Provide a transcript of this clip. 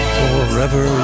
forever